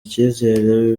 icyizere